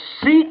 seek